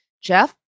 Jeff